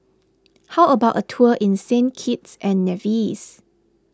how about a tour in Saint Kitts and Nevis